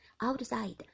outside